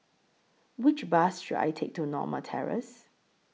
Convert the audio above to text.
Which Bus should I Take to Norma Terrace